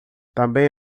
também